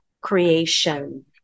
creation